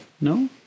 No